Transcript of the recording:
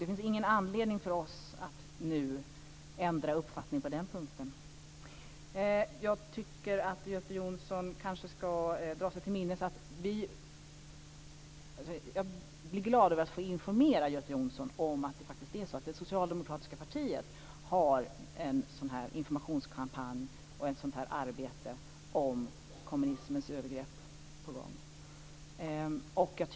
Det finns ingen anledning för oss att nu ändra uppfattning på den punkten. Fru talman! Jag är glad över att få informera Göte Jonsson om att det socialdemokratiska partiet för närvarande har en informationskampanj om kommunismens övergrepp på gång.